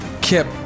Kip